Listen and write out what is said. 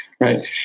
Right